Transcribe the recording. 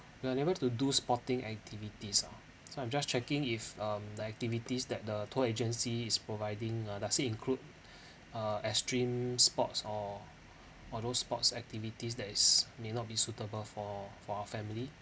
we are unable to do sporting activities ah so I'm just checking if um the activities that the tour agency is providing uh does it include uh extreme sports or or those sports activities that is may not be suitable for for our family